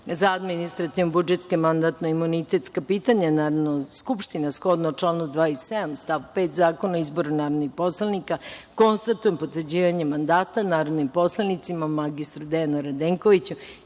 za administrativno-budžetska i mandatno-imunitetska pitanja Narodne skupštine, a shodno članu 27. stav 5. Zakona o izboru narodnih poslanika, konstatujem potvrđivanje mandata narodnim poslanicima mr Dejanu Radenkoviću